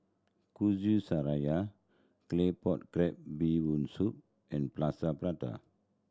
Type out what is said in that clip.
Kuih Syara Claypot Crab Bee Hoon Soup and Plaster Prata